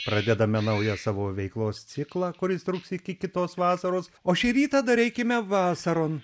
pradedame naują savo veiklos ciklą kuris truks iki kitos vasaros o šį rytą dar eikime vasaron